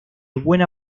buena